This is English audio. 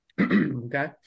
Okay